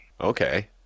Okay